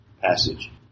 passage